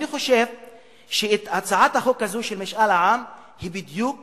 אני חושב שהצעת החוק הזו של משאל עם היא בדיוק